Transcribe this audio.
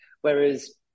whereas